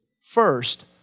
First